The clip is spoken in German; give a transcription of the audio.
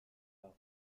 gab